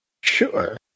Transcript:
Sure